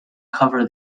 cover